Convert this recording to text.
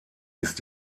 ist